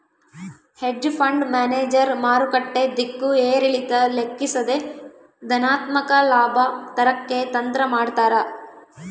hedge fund manager ಮಾರುಕಟ್ಟೆ ದಿಕ್ಕು ಏರಿಳಿತ ಲೆಕ್ಕಿಸದೆ ಧನಾತ್ಮಕ ಲಾಭ ತರಕ್ಕೆ ತಂತ್ರ ಮಾಡ್ತಾರ